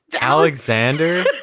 Alexander